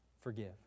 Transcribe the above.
Forgive